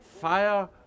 fire